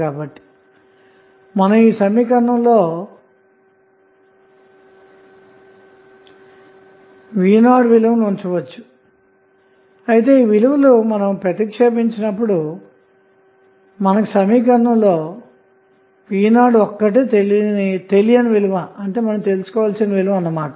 కాబట్టి మనం ఈ సమీకరణంలో v 0 విలువను ఉంచవచ్చుఈ విలువలుప్రతిక్షేపించినపుడు మనకు ఈ సమీకరణంలో v 0 ఒక్కటే తెలియని విలువ అన్న మాట